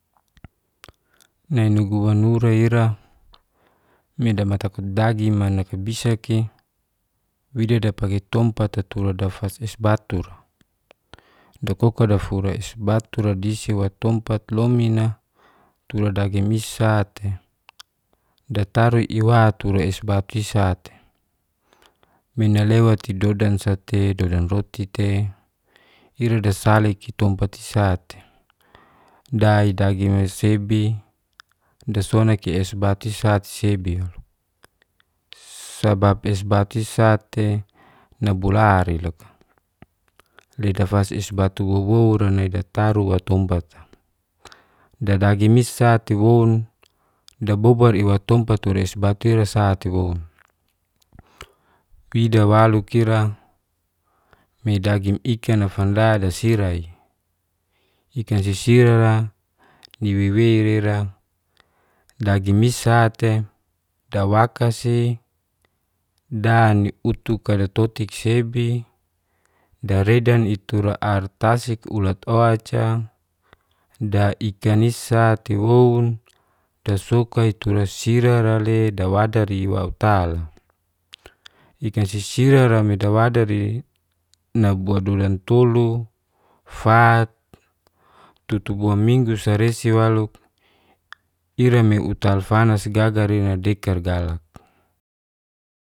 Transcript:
Nai nugu wanura ira, manaka bisaki wida dapaki tompat tatula dafas es batu'ra. Dakoka dafura esbatu'ra disiwa tompat lomin'a tura dagi mis'sa tei dataru iwa tura esbatu'i sa tei. Mina lewati dodansa tei dodan roti tei, ira desaliki tompatisa tei, dai dagi masebi dasonaki es batu sisa kisebi walo. Sabab esbatu'i sa tei nabura ira loka. Lida fas esbatu wowoura nai dataruwa tumpat'a dadagi mis'sa tei woun, dabobai'ra watumpa tura es batu ira sa tei wo. wida walo ira medagim ikan la fanda dasira'i. Ikan sisirara niwewe nai ira dagi mis'sa tei dawakasi dan'i utuk kalitoti kisebi daredani tura artasi kulat o'ca daikanis'sa tei woun, dasokao tura sirara'le dawadari wautal. Ikan sisirara midawadari nabua dodan tolu, fat, tutu buaminggu saresi walo ira'me utal fanas gagari nai dekar galak.